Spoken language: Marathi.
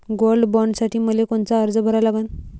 गोल्ड बॉण्डसाठी मले कोनचा अर्ज भरा लागन?